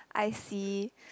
I see